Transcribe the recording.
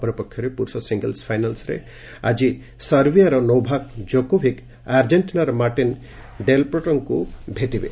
ଅପର ପକ୍ଷରେ ପୁରୁଷ ସିଙ୍ଗଲ୍ୱ ଫାଇନାଲ୍ରେ ଆଜି ସର୍ବିଆର ନୋଭାକ୍ ଜୋକୋଭିକ୍ ଆର୍ଜେଣ୍ଟିନାର ମାର୍ଟିନ୍ ଡେଲ୍ପୋଟ୍ରୋଙ୍କୁ ଭେଟିବେ